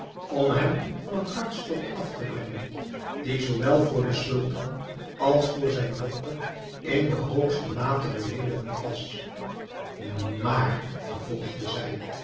om hem van een hartstocht af te brengen die zoowel voor den sultan als voor zijn dochter in de hoogste mate beleedigend was maar vervolgde zij